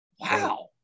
Wow